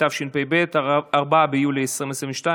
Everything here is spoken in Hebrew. התשפ"ב 2022,